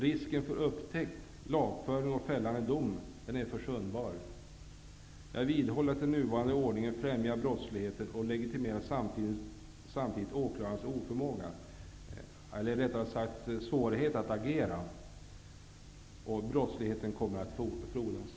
Risken för upptäckt, lagföring och fällande dom är försumbar. Jag vidhåller att den nuvarande ordningen främjar brottsligheten och samtidigt legitimerar åklagarens oförmåga, eller rättare sagt: dennes svårighet att agera. Brottsligheten kommer därmed att frodas.